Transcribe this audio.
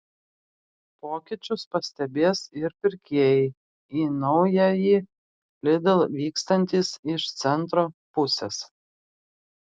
pokyčius pastebės ir pirkėjai į naująjį lidl vykstantys iš centro pusės